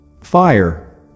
Fire